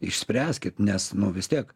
išspręskit nes nu vis tiek